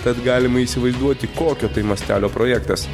tad galima įsivaizduoti kokio tai mastelio projektas